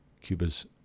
Cuba's